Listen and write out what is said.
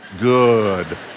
Good